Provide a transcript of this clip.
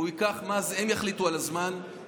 הם יחליטו על הזמן,